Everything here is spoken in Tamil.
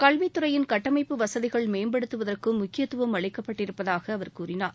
கல்வித் துறையின் கட்டமைப்பு வசதிகள் மேம்படுத்துவதற்கும் முக்கியத்துவம் அளிக்கப்பட்டிருப்பதாக அவர் கூறினார்